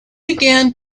began